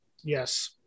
Yes